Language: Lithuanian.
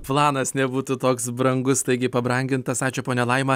planas nebūtų toks brangus staigiai pabrangintas ačiū ponia laima